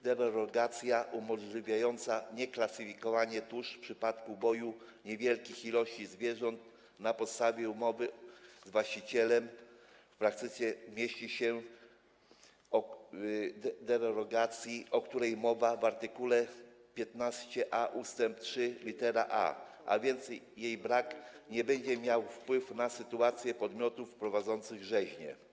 Derogacja umożliwiająca nieklasyfikowanie tusz w przypadku uboju niewielkich ilości zwierząt na podstawie umowy z właścicielem w praktyce mieści się w derogacji, o której mowa w art. 15a ust. 3 lit. a, a więc jej brak nie będzie miał wpływu na sytuację podmiotów prowadzących rzeźnie.